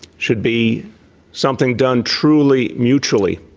should be something done truly, mutually.